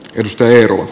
mustaheru